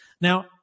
Now